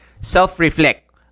Self-reflect